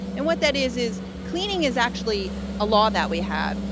and what that is is, cleaning is actually a law that we have.